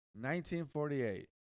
1948